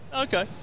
Okay